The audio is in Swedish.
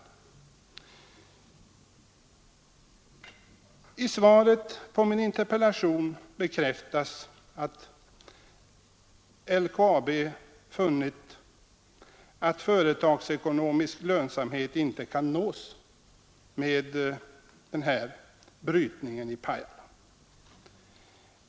I svaret på min interpellation bekräftas att LKAB funnit att företagsekonomisk lönsamhet inte kan nås med den aktuella brytningen i Pajala.